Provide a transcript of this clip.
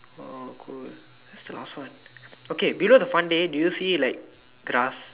oh cool where's the last one okay below the fun day do you see like grass